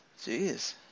Jeez